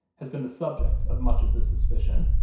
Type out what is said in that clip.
has been the subject of much of the suspicion.